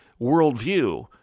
worldview